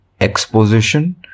exposition